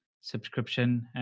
subscription